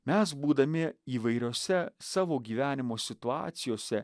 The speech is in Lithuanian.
mes būdami įvairiose savo gyvenimo situacijose